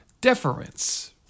deference